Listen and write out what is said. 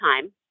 time